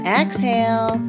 exhale